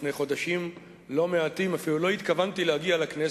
לפני חודשים לא מעטים אפילו לא התכוונתי להגיע לכנסת.